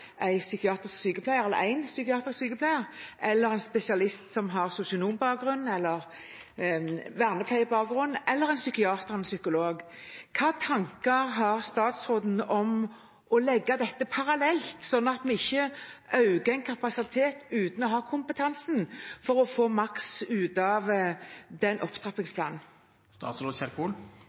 en spesialist som har sosionombakgrunn eller vernepleierbakgrunn – eller en psykiater og en psykolog. Hvilke tanker har statsråden om å legge dette parallelt, slik at vi ikke øker en kapasitet uten å ha kompetansen – for å få maks ut av den opptrappingsplanen?